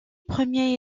premier